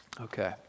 Okay